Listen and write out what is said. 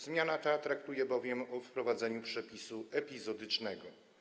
Zmiana ta traktuje bowiem o wprowadzeniu przepisu epizodycznego.